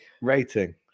Rating